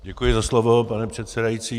Děkuji za slovo, pane předsedající.